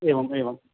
एवम् एवम्